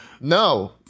No